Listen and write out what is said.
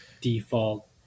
default